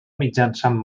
mitjançant